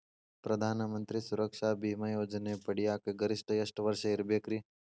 ಪ್ರಧಾನ ಮಂತ್ರಿ ಸುರಕ್ಷಾ ಭೇಮಾ ಯೋಜನೆ ಪಡಿಯಾಕ್ ಗರಿಷ್ಠ ಎಷ್ಟ ವರ್ಷ ಇರ್ಬೇಕ್ರಿ?